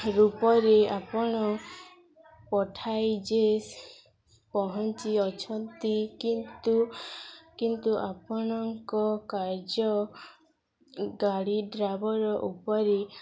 ରୂପରେ ଆପଣ ପଠାଇ ଯେ ପହଞ୍ଚି ଅଛନ୍ତି କିନ୍ତୁ କିନ୍ତୁ ଆପଣଙ୍କ କାର୍ଯ୍ୟ ଗାଡ଼ି ଡ୍ରାଇଭର ଉପରେ